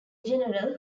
general